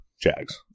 Jags